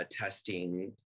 testing